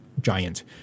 giant